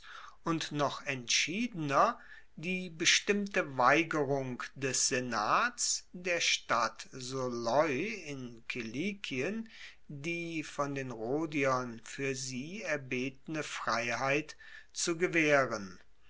und noch entschiedener die bestimmte weigerung des senats der stadt soloi in kilikien die von den rhodiern fuer sie erbetene freiheit zu gewaehren